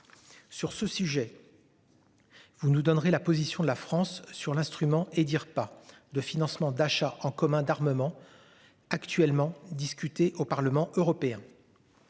Sur ce sujet. Vous nous donnerez la position de la France sur l'instrument et dire pas de financement d'achat en commun d'armement. Actuellement discuté au Parlement européen.